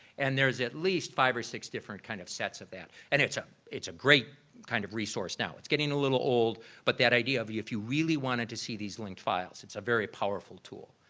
and there's at least five or six different kind of sets of that and it's ah it's a great kind of resource now. it's getting a little old but that idea of if you really wanted to see these linked files, it's a very powerful tool.